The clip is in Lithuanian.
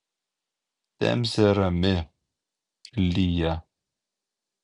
temzė rami lyja